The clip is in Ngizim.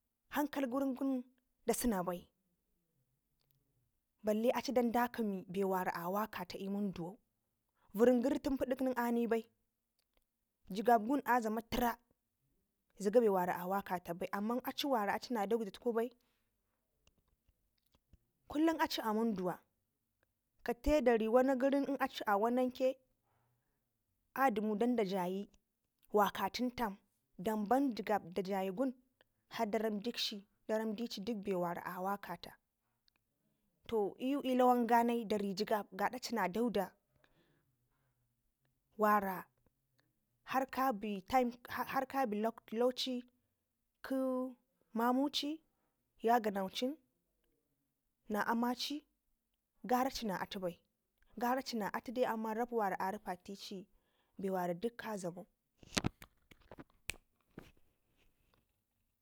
hankal gɘri gun da sena bai belle aci dan da gɘri bewara awakata l'munduwau kɘrrin gɘri pudik nenanii bai jigab wun a dlame tera zega bewara awakata bai amman acu wara aci na dagdatkubai kullum aci a munduwa kate dari wana gɘrin l'n akshi awano ke adimu danda da jayi wakaten tam daban jigab da jayi wun har daram dikshi daram dici dikbe wara awakata to iyu l'lawanganai jigab gadacina dagela wara har kabe time lukci gɘmamuci yaganaucin na ammaci gara cina atubai gara cina atudai rab wara arupteci bewara dik ka dlamau.